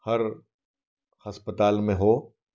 हर हस्पताल में हो